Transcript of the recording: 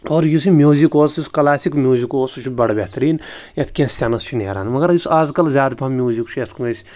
اور یُس یہِ میوٗزِک اوس یُس کَلاسِک میوٗزِک اوس سُہ چھِ بڑٕ بہتریٖن یَتھ کینٛہہ سٮ۪نٕس چھُ نیران مگر یُس اَزکَل زیادٕ پَہَم میوٗزِک چھُ یَتھ کُن أسۍ